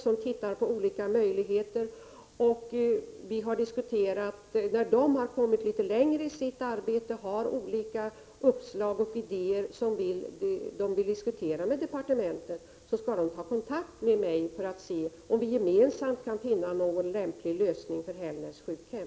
Denna har i uppgift att studera olika möjligheter. När man i gruppen har kommit litet längre i sitt arbete och kan presentera olika uppslag och idéer som man vill diskutera med departementet, skall man ta kontakt med mig. Vi skall då undersöka om vi gemensamt kan finna någon lämplig lösning när det gäller Hällnäs sjukhem.